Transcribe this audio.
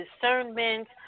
discernment